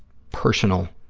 personal,